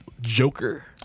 Joker